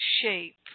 shape